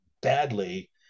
badly